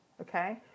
okay